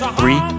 Three